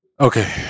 Okay